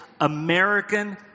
American